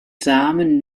samen